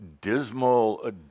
dismal